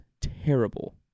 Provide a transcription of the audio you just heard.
terrible